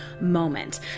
moment